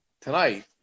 tonight